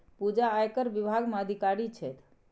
पूजा आयकर विभाग मे अधिकारी छथि